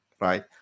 right